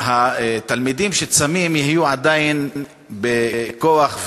שהתלמידים שצמים יהיו עדיין עם כוח,